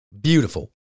beautiful